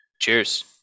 cheers